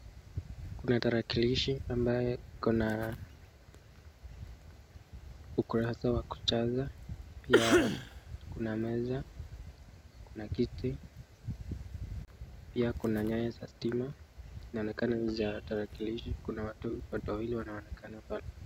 Kuna tarakilishi ambaye kuna ukurasa wa kujaza, pia kuna meza, kuna kiti, pia kuna nyayo za stima inaonekana ni za tarakilishi, kuna watu wawili wanaonekana pale.